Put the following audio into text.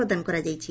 ପ୍ରଦାନ କରାଯାଇଛି